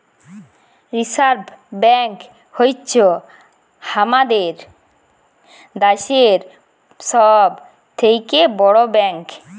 reserve bank হ্য়চ্ছ হামাদের দ্যাশের সব থেক্যে বড় ব্যাঙ্ক